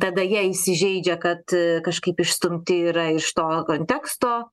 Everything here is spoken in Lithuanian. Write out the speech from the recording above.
tada jie įsižeidžia kad kažkaip išstumti yra iš to konteksto